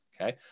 Okay